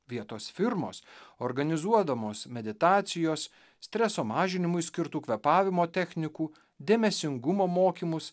vietos firmos organizuodamos meditacijos streso mažinimui skirtų kvėpavimo technikų dėmesingumo mokymus